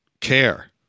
care